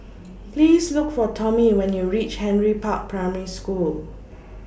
Please Look For Tommie when YOU REACH Henry Park Primary School